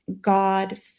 God